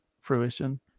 fruition